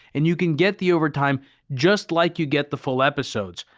and you can get the overtime just like you get the full episodes.